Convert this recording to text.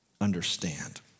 understand